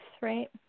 right